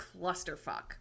clusterfuck